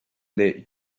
the